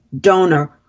donor